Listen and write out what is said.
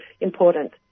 important